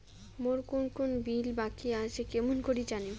মোর কুন কুন বিল বাকি আসে কেমন করি জানিম?